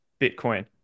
Bitcoin